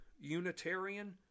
Unitarian